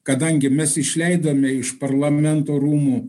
kadangi mes išleidome iš parlamento rūmų